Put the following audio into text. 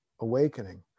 awakening